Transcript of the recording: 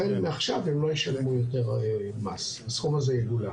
החל מעכשיו הם לא ישלמו יותר מס, הסכום הזה יגולם.